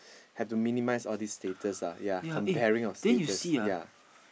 have to minimise all the status lah ya comparing of status ya